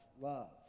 love